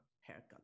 haircut